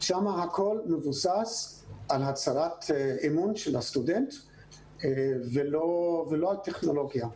שם הכול מבוסס על הצהרת אמון של הסטודנט ולא על טכנולוגיה.